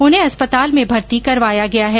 उन्हें अस्पताल में भर्ती करवाया गया है